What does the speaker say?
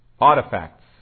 artifacts